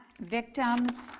victims